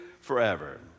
forever